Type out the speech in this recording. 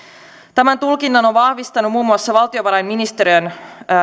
tämän tulkinnan on on vahvistanut muun muassa valtiovarainministeriön